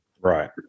Right